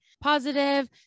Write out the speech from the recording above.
positive